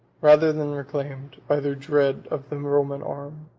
rather than reclaimed, by their dread of the roman arms.